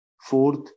Fourth